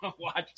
watch